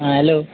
आं हॅलो